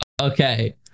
Okay